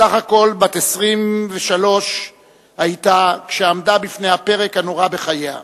בסך הכול בת 23 היתה כשעמדה בפני הפרק הנורא בחייה.